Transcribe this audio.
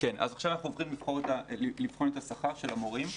אז עכשיו אנחנו עוברים לבחון את השכר של המורים.